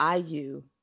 IU